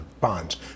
bonds